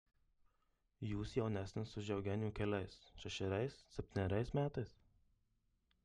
jūs jaunesnis už eugenijų keliais šešeriais septyneriais metais